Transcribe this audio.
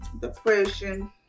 depression